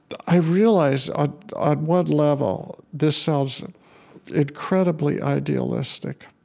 i realize ah on one level, this sounds incredibly idealistic.